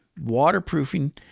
waterproofing